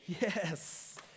Yes